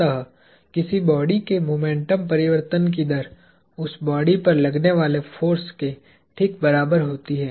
अत किसी बॉडी के मोमेंटम परिवर्तन की दर उस बॉडी पर लगने वाले फोर्स के ठीक बराबर होती है